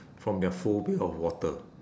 from their phobia of water